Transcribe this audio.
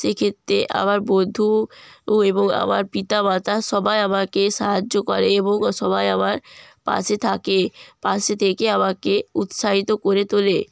সেক্ষেত্রে আমার বন্ধু ও এবং আমার পিতা মাতা সবাই আমাকে সাহায্য করে এবং সবাই আমার পাশে থাকে পাশে থেকে আমাকে উৎসাহিত করে তোলে